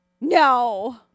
No